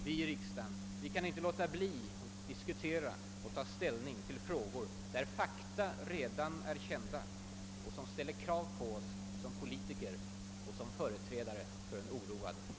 Vi i riksdagen kan inte låta bli att diskutera och ta ställning till frågor där fakta redan är kända och som ställer krav på oss som politiker och som företrädare för en oroad opinion.